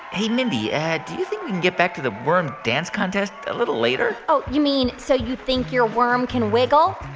hey, mindy. yeah do you think we can get back to the worm dance contest a little later? oh, you mean so you think your worm can wiggle?